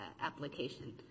application